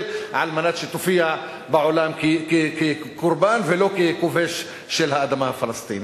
על מנת שתופיע בעולם כקורבן ולא ככובש של האדמה הפלסטינית.